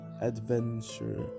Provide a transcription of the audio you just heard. adventure